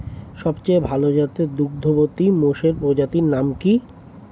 সবচেয়ে ভাল জাতের দুগ্ধবতী মোষের প্রজাতির নাম কি?